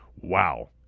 wow